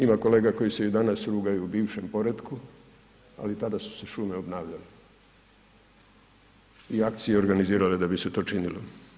Ima kolega koji se i danas rugaju bivšem poretku, ali tada su se šume obnavljale i akcije organizirale da bi se to činilo.